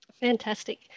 Fantastic